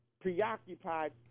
preoccupied